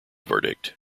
verdict